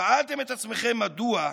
שאלתם את עצמכם מדוע,